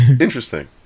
interesting